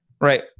Right